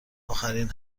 آخرین